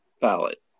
ballot